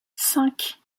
cinq